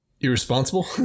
irresponsible